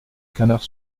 canard